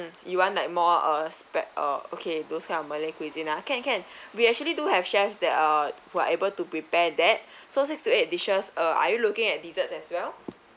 you want like more uh spare uh okay those kind of malay cuisine ah can can we actually do have chefs that uh who are able to prepare that so six to eight dishes uh are you looking at desserts as well